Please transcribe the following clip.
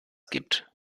gibt